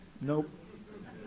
Nope